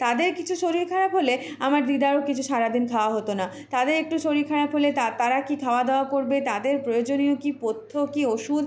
তাদের কিছু শরীর খারাপ হলে আমার দিদারও কিছু সারা দিন খাওয়া হতো না তাদের একটু শরীর খারাপ হলে তা তারা কী খাওয়া দাওয়া করবে তাদের প্রয়োজনীয় কী পথ্য কী ওষুধ